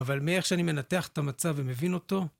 אבל מאיך שאני מנתח את המצב ומבין אותו